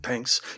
Thanks